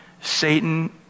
Satan